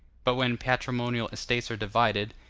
but when patrimonial estates are divided,